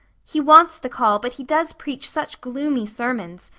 he wants the call but he does preach such gloomy sermons.